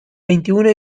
veintiuno